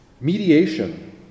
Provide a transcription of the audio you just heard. Mediation